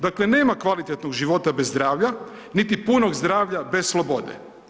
Dakle, nema kvalitetnog života bez zdravlja, niti punog zdravlja bez slobode.